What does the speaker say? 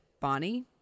Bonnie